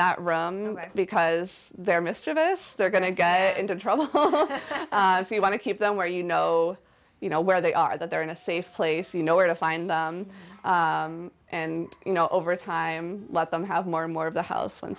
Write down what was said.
that room because they're mischievous they're going to get into trouble so you want to keep them where you know so you know where they are that they're in a safe place you know where to find and you know over time let them have more and more of the house